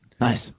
Nice